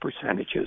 percentages